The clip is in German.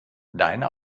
deine